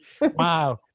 Wow